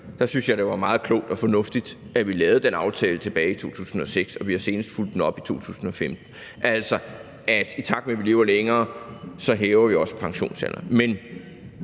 Der synes jeg, det var meget klogt og fornuftigt, at vi lavede den aftale tilbage i 2006, og vi har senest fulgt den op i 2015, altså at vi, i takt med at man lever længere, også hæver pensionsalderen.